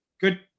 good